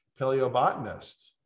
paleobotanist